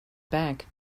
back